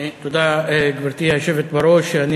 גברתי היושבת בראש, תודה.